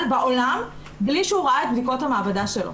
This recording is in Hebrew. בלי שהוא ראה את בדיקות המעבדה שלו,